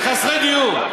לחסרי דיור.